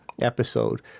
episode